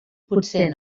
potser